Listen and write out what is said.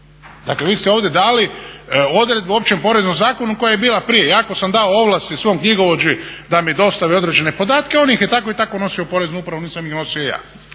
Dakle, vi ste ovdje dali odredbe o OPZ-u koja je bila prije. Ja ako sam dao ovlasti svom knjigovođi da mi dostavi određene podatke on ih je tako i tako nosio u poreznu upravu, nisam ih nosio ja.